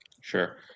Sure